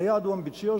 היעד הוא אמביציוזי,